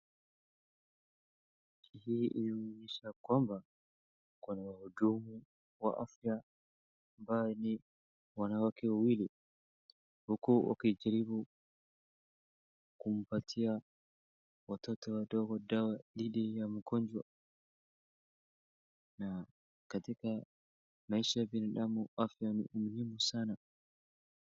Hii inaonyeshwa ya kwamba kuna wahudumu wa afya ambao ni wanawake wawili, huku wakijaribu kuwapatia watoto wadogo dawa dhidi ya magonjwa na katika maisha ya binadamu afya ni muhimu sana.